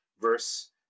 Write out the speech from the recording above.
verse